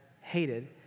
hated